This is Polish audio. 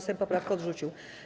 Sejm poprawkę odrzucił.